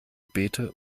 beete